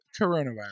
coronavirus